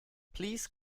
please